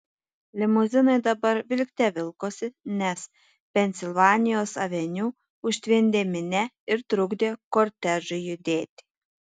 limuzinai dabar vilkte vilkosi nes pensilvanijos aveniu užtvindė minia ir trukdė kortežui judėti